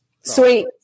Sweet